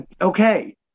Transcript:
okay